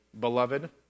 Beloved